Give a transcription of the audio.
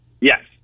Yes